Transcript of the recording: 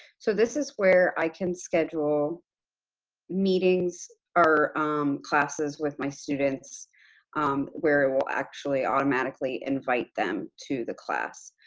so, this is where i can schedule meetings or classes with my students where it will actually automatically invite them to the class.